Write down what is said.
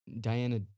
Diana